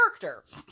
character